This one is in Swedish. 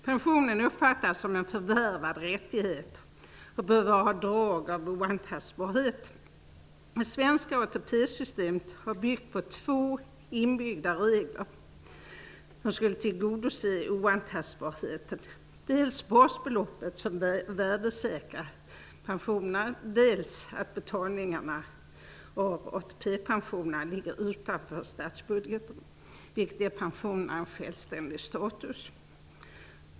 Pensionen uppfattas som en förvärvad rättighet, och den bör ha drag av oantastbarhet. Det svenska ATP-systemet har byggt på två inbyggda regler som skulle tillgodose oantastbarheten. Dels handlar det om det basbeloppet, som värdesäkrar pensionerna, dels om att betalningarna av ATP-pensionerna ligger utanför statsbudgeten, vilket ger pensionerna en självständig status.